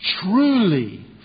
truly